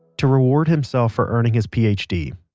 to reward himself for earning his ph d.